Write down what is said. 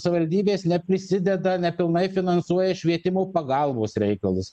savivaldybės neprisideda nepilnai finansuoja švietimo pagalbos reikalus